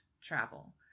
travel